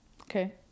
Okay